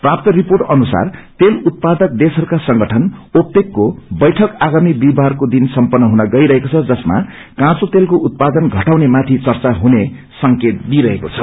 प्राप्त रिर्पोअ अनुसार तेल उत्पादक देशहरूका संगठन ओपेकको बैठक आगामी विहिवारको दिन सम्पन्न हुन गईरहेको छ जसमा काँचो तेलको उत्पादन घटउने माथि चर्चा हुने संकेत दिइरहेको छ